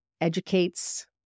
educates